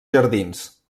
jardins